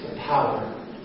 power